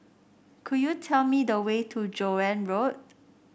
could you tell me the way to Joan Road